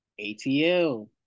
ATL